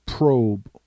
probe